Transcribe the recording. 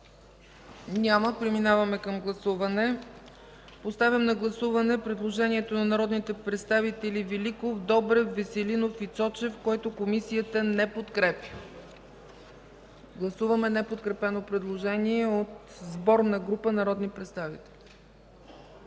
Няма. Преминаваме към гласуване. Поставям на гласуване предложението на народните представители Великов, Добрев, Веселинов и Цочев, което комисията не подкрепя. Гласуваме неподкрепено предложение от сборна група народни представители.